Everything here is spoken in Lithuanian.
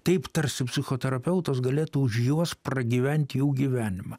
taip tarsi psichoterapeutas galėtų už juos pragyvent jų gyvenimą